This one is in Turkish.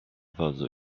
fazla